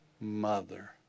mother